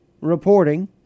reporting